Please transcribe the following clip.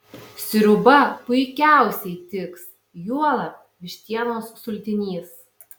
sriuba puikiausiai tiks juolab vištienos sultinys